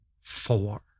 four